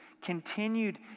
continued